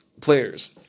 players